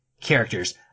characters